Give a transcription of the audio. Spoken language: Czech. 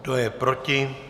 Kdo je proti?